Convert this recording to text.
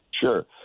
Sure